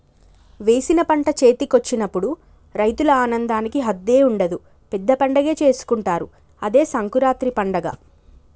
వేసిన పంట చేతికొచ్చినప్పుడు రైతుల ఆనందానికి హద్దే ఉండదు పెద్ద పండగే చేసుకుంటారు అదే సంకురాత్రి పండగ